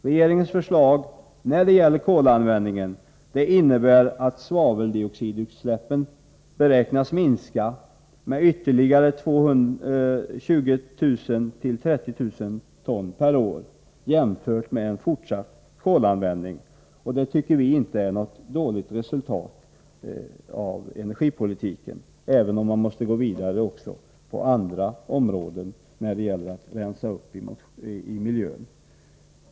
Regeringens förslag beträffande kolanvändningen innebär att svaveldioxidutsläppen beräknas minska med ytterligare 20 000-30 000 ton per år. Detta tycker vi inte är något dåligt resultat av energipolitiken, även om man måste gå vidare också på andra områden när det gäller att rensa uppi miljön.